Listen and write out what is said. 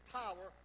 power